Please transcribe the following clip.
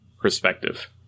perspective